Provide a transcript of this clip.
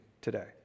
today